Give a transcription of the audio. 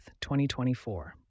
2024